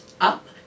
up